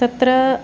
तत्र